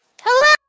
hello